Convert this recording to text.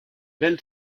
belle